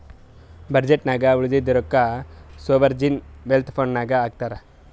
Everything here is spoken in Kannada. ಬಜೆಟ್ ನಾಗ್ ಉಳದಿದ್ದು ರೊಕ್ಕಾ ಸೋವರ್ಜೀನ್ ವೆಲ್ತ್ ಫಂಡ್ ನಾಗ್ ಹಾಕ್ತಾರ್